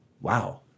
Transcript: wow